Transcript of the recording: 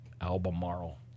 Albemarle